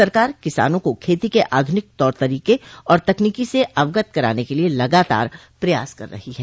सरकार किसानों को खेती के आधुनिक तौर तरीके और तकनीकी से अवगत कराने के लिए लगातार प्रयास कर रही है